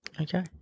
Okay